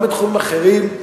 גם בתחומים אחרים,